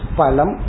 palam